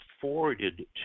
forwarded